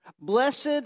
Blessed